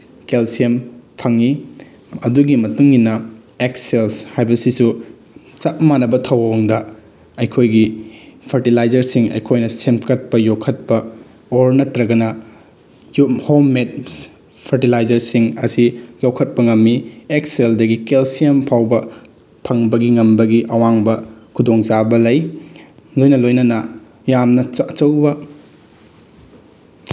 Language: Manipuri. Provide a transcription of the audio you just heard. ꯀꯦꯜꯁꯤꯌꯝ ꯐꯪꯉꯤ ꯑꯗꯨꯒꯤ ꯃꯇꯨꯡꯏꯟꯅ ꯑꯦꯛ ꯁꯦꯜꯁ ꯍꯥꯏꯕꯁꯤꯁꯨ ꯆꯞ ꯃꯥꯟꯅꯕ ꯊꯧꯑꯣꯡꯗ ꯑꯩꯈꯣꯏꯒꯤ ꯐꯔꯇꯤꯂꯥꯏꯖꯔꯁꯤꯡ ꯑꯩꯈꯣꯏꯅ ꯁꯦꯝꯀꯠꯄ ꯌꯣꯛꯈꯠꯄ ꯑꯣꯔ ꯅꯠꯇ꯭ꯔꯒꯅ ꯍꯣꯝ ꯃꯦꯠ ꯐꯔꯇꯤꯂꯥꯏꯖꯔꯁꯤꯡ ꯑꯁꯤ ꯌꯣꯛꯈꯠꯄ ꯉꯝꯃꯤ ꯑꯦꯛ ꯁꯦꯜꯗꯒꯤ ꯀꯦꯜꯁꯤꯌꯝ ꯐꯥꯎꯕ ꯐꯪꯕꯒꯤ ꯉꯝꯕꯒꯤ ꯑꯋꯥꯡꯕ ꯈꯨꯗꯣꯡꯆꯥꯕ ꯂꯩ ꯂꯣꯏꯅ ꯂꯣꯏꯅꯅ ꯌꯥꯝꯅ ꯑꯆꯧꯕ